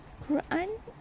Quran